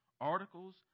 articles